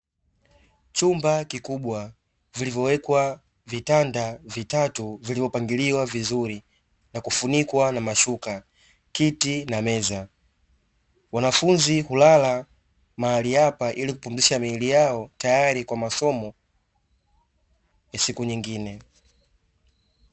Chumba kikubwa vilivowekwa vitanda vitatu viliopangiliwa vizuri, na kufunikwa na mashuka, kiti na meza. Wanafunzi hulala mahali hapa ili kupumzisha mwili wao tayari kwa masomo ya siku nyingine.